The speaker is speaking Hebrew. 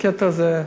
דקטע הזה,